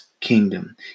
kingdom